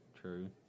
true